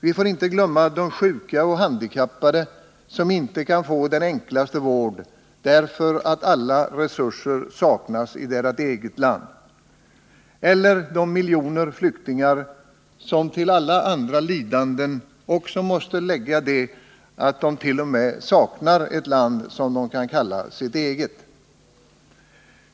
Vi får inte glömma de sjuka och handikappade, som inte kan få den enklaste vård därför att alla resurser saknas i deras eget land, eller de miljoner flyktingar som till alla andra lidanden också måste lägga det att det.o.m. saknar ett land som de kan kalla sitt eget.